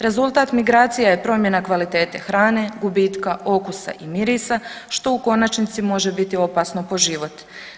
Rezultat migracija je promjena kvalitete hrane, gubitka okus i mirisa što u konačnici može biti opasno po život.